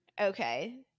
Okay